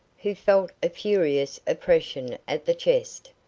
who felt a curious oppression at the chest,